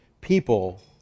people